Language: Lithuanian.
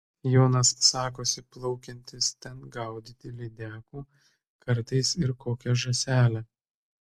jonas sakosi plaukiantis ten gaudyti lydekų kartais ir kokią žąselę